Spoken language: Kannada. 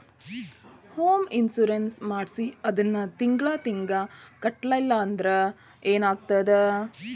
ಹೊಮ್ ಇನ್ಸುರೆನ್ಸ್ ಮಾಡ್ಸಿ ಅದನ್ನ ತಿಂಗ್ಳಾ ತಿಂಗ್ಳಾ ಕಟ್ಲಿಲ್ಲಾಂದ್ರ ಏನಾಗ್ತದ?